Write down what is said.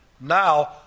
Now